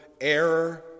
error